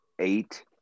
eight